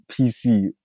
PC